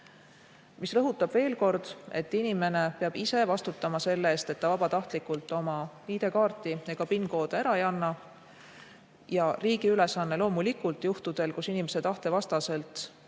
See rõhutab veel kord, et inimene peab ise vastutama selle eest, et ta vabatahtlikult oma ID‑kaarti ega PIN‑koode ära ei anna. Riigi ülesanne on loomulikult juhtudel, kus inimese tahte vastaselt on